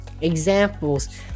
examples